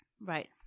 Right